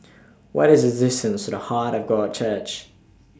What IS The distance to The Heart of God Church